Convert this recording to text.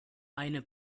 eine